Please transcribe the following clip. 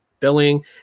billing